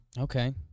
Okay